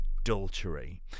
adultery